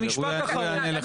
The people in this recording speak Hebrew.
הזה.